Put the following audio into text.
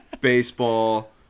baseball